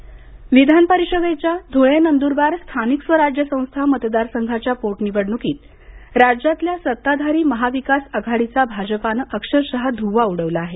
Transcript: धळे निकाल विधानपरिषदेच्या धुळे नंद्रबार स्थानिक स्वराज संस्था मतदारसंघाच्या पोट निवडणुकीत राज्यातल्या सत्ताधारी महाविकास आघाडीचा भाजपानं अक्षरशः धुव्वा उडवला आहे